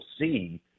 see